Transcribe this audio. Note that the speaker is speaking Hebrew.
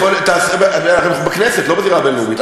אנחנו בכנסת, לא בזירה הבין-לאומית.